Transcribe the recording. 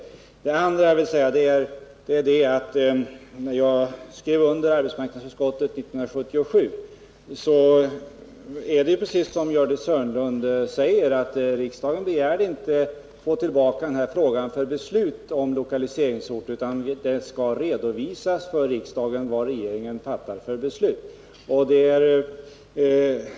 För det andra: När jag skrev under arbetsmarknadsutskottets betänkande 1977 begärde riksdagen inte, som fru Hörnlund säger, tillbaka denna fråga för beslut om lokaliseringsort. Man begärde att det skulle redovisas för riksdagen vad regeringen fattat för beslut.